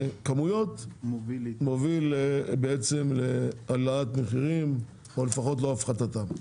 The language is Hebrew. הכמויות מוביל בעצם להעלאת מחירים או לפחות לא הפחתתם.